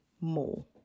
more